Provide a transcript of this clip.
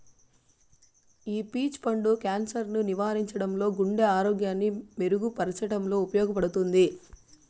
ఈ పీచ్ పండు క్యాన్సర్ ను నివారించడంలో, గుండె ఆరోగ్యాన్ని మెరుగు పరచడంలో ఉపయోగపడుతుంది